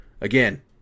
again